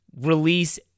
release